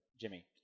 Jimmy